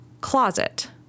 closet